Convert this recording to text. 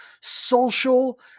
social